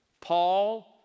Paul